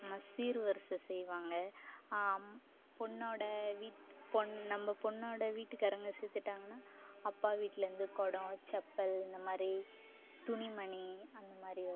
ஆமாம் சீர் வரிச செய்வாங்க ஆம் பெண்ணோட வீட்டு பெண் நம்ம பெண்ணோட வீட்டுக்காரங்க செத்துட்டாங்கன்னா அப்பா வீட்லேருந்து குடம் சப்பல் இந்த மாதிரி துணி மணி அந்த மாதிரி வரும்